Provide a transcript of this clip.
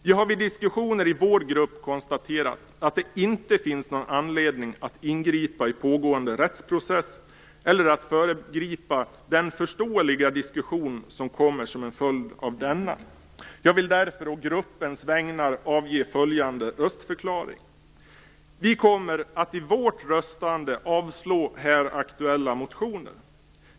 Vi har vid diskussioner i vår grupp konstaterat att det inte finns någon anledning att ingripa i pågående rättsprocess eller att föregripa den förståeliga diskussion som kommer som en följd av denna. Jag vill därför å gruppens vägnar avge följande röstförklaring. Vi kommer att avslå här aktuella motioner.